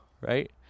right